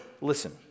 listen